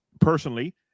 personally